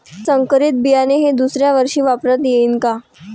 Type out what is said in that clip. संकरीत बियाणे हे दुसऱ्यावर्षी वापरता येईन का?